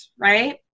Right